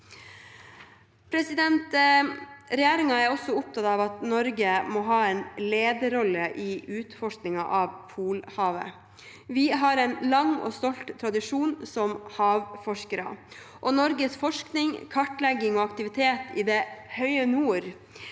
regjeringen. Regjeringen er også opptatt av at Norge må ha en lederrolle i utforskingen av Polhavet. Vi har en lang og stolt tradisjon som havforskere. Norges forskning, kartlegging og aktivitet i det høye nord